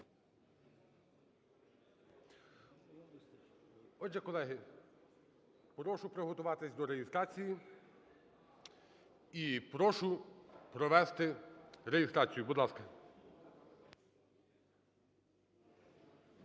Отже, колеги, прошу приготуватись до реєстрації і прошу провести реєстрацію, будь ласка.